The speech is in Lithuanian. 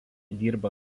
dirba